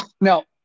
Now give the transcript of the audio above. now